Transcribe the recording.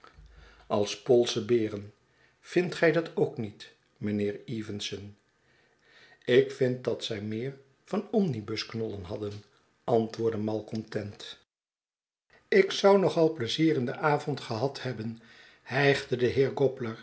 van boz ren vindt gij dat ookniet mijnheer evenson ik vind dat zij meer van omnibusknollen hadden antwoordde malcontent ik zou nog ai pleizier in den avond gehad hebben hijgde de